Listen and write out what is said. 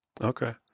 Okay